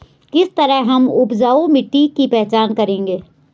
किस तरह हम उपजाऊ मिट्टी की पहचान करेंगे?